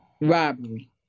robbery